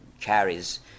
carries